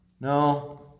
No